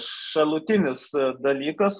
šalutinis dalykas